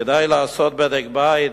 כדאי לעשות בדק-בית,